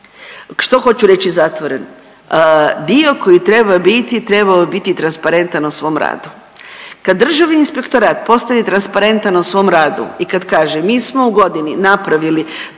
Što hoću reći zatvoren? Dio koji treba biti trebao bi biti transparentan u svom radu. Kad Državni inspektorat postane transparentan u svom radu i kad kaže mi smo u godini napravili